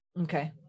Okay